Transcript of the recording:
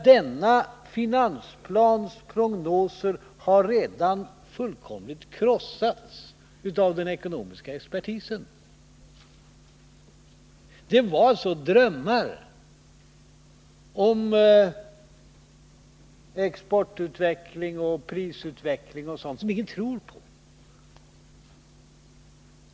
Denna finansplans prognoser har redan fullkomligt krossats av den ekonomiska expertisen. Det var sådana drömmar om exportutveckling, prisutveckling osv. som ingen tror på.